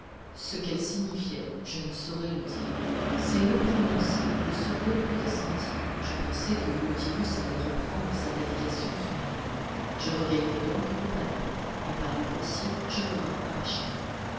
ce qu'elle signifiait je ne saurais le dire ces mots prononcés le second redescendit je pensai que le nautilus allait reprendre sa navigation sous-marine je regagnai donc le panneau et par les coursives je revins à ma chambre